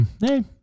Hey